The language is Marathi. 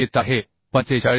येत आहे 45